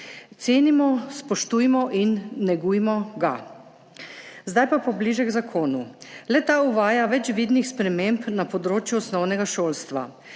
Cenimo, spoštujmo in negujmo ga. Zdaj pa pobliže k zakonu. Le-ta uvaja več vidnih sprememb na področju osnovnega šolstva.